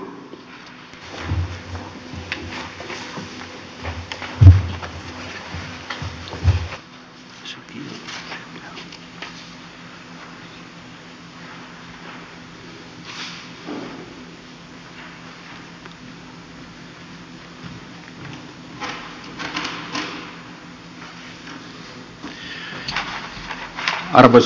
arvoisa puhemies